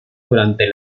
durante